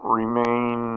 remain